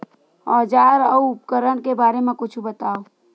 औजार अउ उपकरण के बारे मा कुछु बतावव?